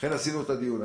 לכן עשינו את הדיון.